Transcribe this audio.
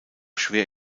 schwer